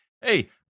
hey